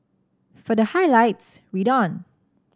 for the highlights read on